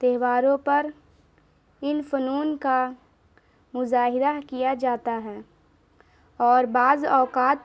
تہواروں پر ان فنون کا مظاہرہ کیا جاتا ہے اور بعض اوقات